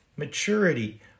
Maturity